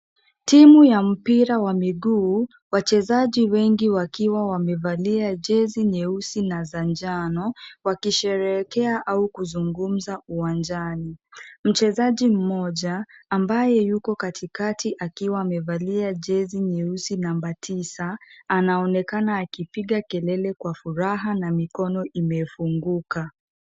Timu ya mpira wa miguu, wachezaji wengi wakiwa wamevalia jezi nyeusi na za njano wakisherehekea au kuzungumza uwanjani, mchezaji mmoja ambaye yuko katikati akiwa amevalia jezi nyeusi namba tisa anaonekana akipiga kelele kwa furaha na mikono imefunguka.